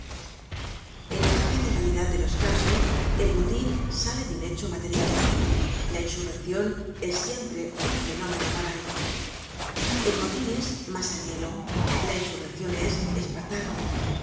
en la generalidad de los casos el motin sale de un hecho material la insurreccion es siempre un fenómeno moral el motin es masaniello la insurreccion es espartaco